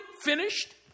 finished